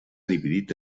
dividit